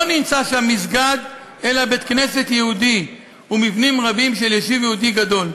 לא נמצא שם מסגד אלא בית-כנסת יהודי ומבנים רבים של יישוב יהודי גדול.